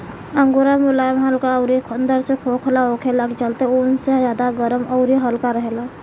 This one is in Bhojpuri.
अंगोरा मुलायम हल्का अउरी अंदर से खोखला होखला के चलते ऊन से ज्यादा गरम अउरी हल्का रहेला